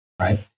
right